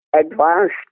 advanced